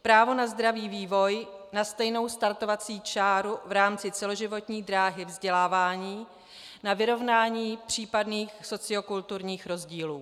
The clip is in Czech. Právo na zdravý vývoj, na stejnou startovací čáru v rámci celoživotní dráhy vzdělávání, na vyrovnání případných sociokulturních rozdílů.